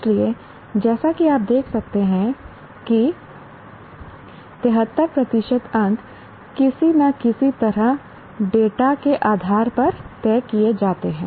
इसलिए जैसा कि आप देख सकते हैं कि 73 प्रतिशत अंक किसी न किसी तरह डेटा के आधार पर तय किए जाते हैं